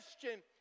question